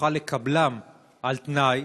תוכל לקבלם על-תנאי.